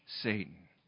Satan